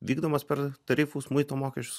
vykdomas per tarifus muito mokesčius